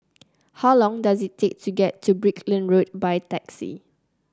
how long does it take to get to Brickland Road by taxi